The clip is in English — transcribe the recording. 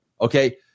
Okay